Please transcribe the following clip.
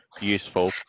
useful